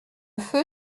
feu